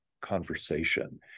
conversation